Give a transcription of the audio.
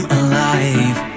alive